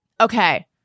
okay